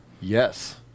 Yes